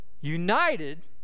united